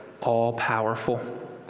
all-powerful